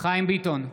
חיים ביטון,